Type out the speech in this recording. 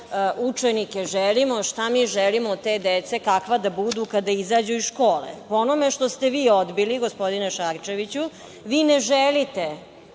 učenike želimo, šta mi želimo od te dece, kakva da budu kada izađu iz škole. Po onome što ste vi odbili, gospodine Šarčeviću, vi ne želite